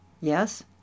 Yes